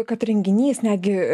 kad renginys netgi